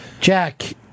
Jack